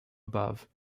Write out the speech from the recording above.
above